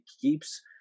keeps